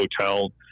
hotel